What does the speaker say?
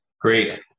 Great